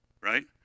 right